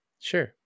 sure